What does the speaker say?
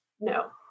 No